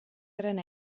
gran